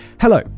Hello